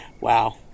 Wow